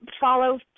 follow